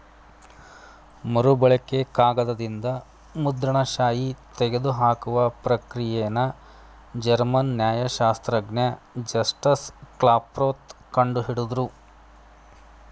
ಮರುಬಳಕೆ ಕಾಗದದಿಂದ ಮುದ್ರಣ ಶಾಯಿ ತೆಗೆದುಹಾಕುವ ಪ್ರಕ್ರಿಯೆನ ಜರ್ಮನ್ ನ್ಯಾಯಶಾಸ್ತ್ರಜ್ಞ ಜಸ್ಟಸ್ ಕ್ಲಾಪ್ರೋತ್ ಕಂಡು ಹಿಡುದ್ರು